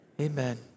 Amen